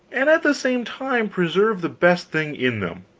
and at the same time preserve the best thing in them,